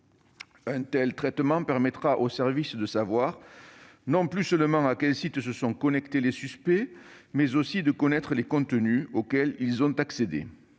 Un tel traitement permettra aux services non seulement de savoir à quels sites se sont connectés les suspects, mais aussi de connaître les contenus auxquels ceux-ci ont accédé.